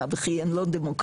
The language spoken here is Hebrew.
מה וכי הם לא דמוקרטיות?